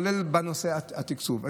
כולל בנושא התקצוב.